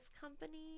company